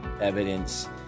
evidence